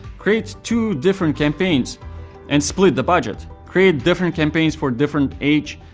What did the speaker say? create two different campaigns and split the budget. create different campaigns for different age,